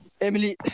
Emily